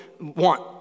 want